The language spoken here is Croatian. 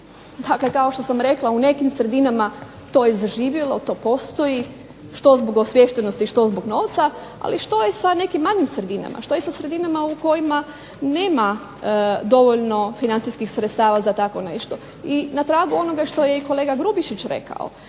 dakle kao što sam rekla u nekim sredinama to je zaživjelo, to postoji što zbog osviještenosti, što zbog novca. Ali što je sa nekim manjim sredinama? Što je sa sredinama u kojima nema dovoljno financijskih sredstava za tako nešto. I na tragu onoga što je i kolega Grubišić rekao,